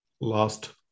last